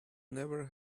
never